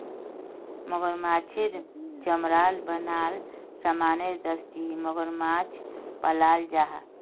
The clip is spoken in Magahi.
मगरमाछेर चमरार बनाल सामानेर दस्ती मगरमाछ पालाल जाहा